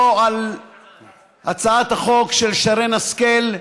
לא על הצעת החוק של שרן השכל,